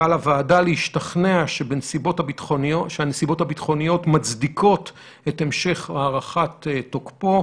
ועל הוועדה להשתכנע שהנסיבות הביטחוניות מצדיקות את המשך הארכת תוקפו,